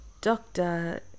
doctor